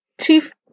Chief